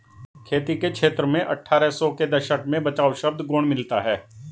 खेती के क्षेत्र में अट्ठारह सौ के दशक में बचाव शब्द गौण मिलता है